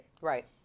Right